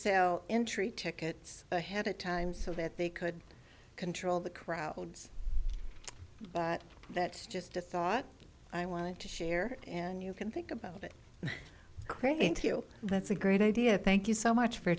sell intreat tickets ahead of time so that they could control the crowds but that's just a thought i wanted to share and you can think about it crane to you that's a great idea thank you so much for